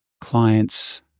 clients